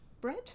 bread